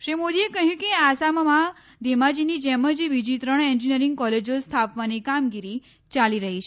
શ્રી મોદીએ કહ્યું કે આસામમાં ઘેમાજીની જેમ જ બીજી ત્રણ એન્જિનિયરિંગ કોલેજો સ્થાપવાની કામગીરી ચાલી રહી છે